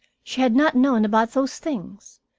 she had not known about those things.